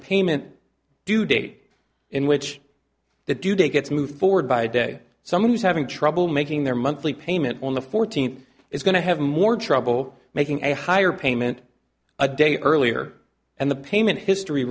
payment due date in which the due date gets moved forward by a day someone who's having trouble making their monthly payment on the fourteenth is going to have more trouble making a higher payment a day earlier and the payment history